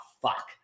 fuck